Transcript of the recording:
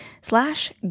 slash